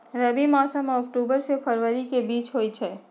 रबी मौसम अक्टूबर से फ़रवरी के बीच में होई छई